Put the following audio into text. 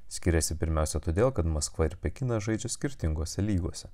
skiriasi pirmiausia todėl kad maskva ir pekinas žaidžia skirtingose lygose